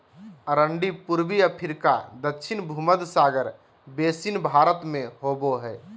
अरंडी पूर्वी अफ्रीका दक्षिण भुमध्य सागर बेसिन भारत में होबो हइ